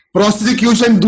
Prosecution